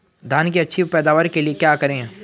धान की अच्छी पैदावार के लिए क्या करें?